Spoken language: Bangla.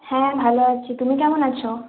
হ্যাঁ ভালো আছি তুমি কেমন আছো